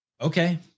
Okay